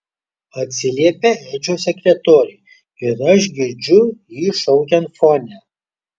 atsiliepia edžio sekretorė ir aš girdžiu jį šaukiant fone